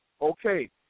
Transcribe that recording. Okay